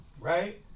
right